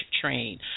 Train